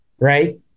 right